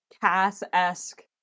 Cass-esque